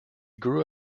grew